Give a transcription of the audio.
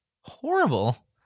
horrible